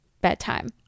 bedtime